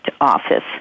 office